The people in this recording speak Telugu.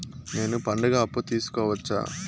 నేను పండుగ అప్పు తీసుకోవచ్చా?